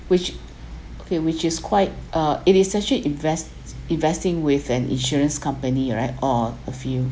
which okay which is quite uh it is actually invest investing with an insurance company right or a few